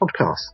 podcast